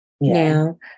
Now